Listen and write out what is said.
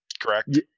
correct